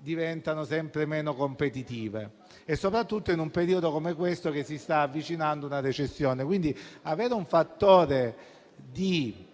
diventano sempre meno competitive, soprattutto in un periodo come questo che si sta avvicinando a una recessione. Avere quindi un costo di